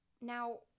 Now